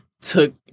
Took